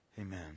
Amen